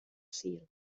sul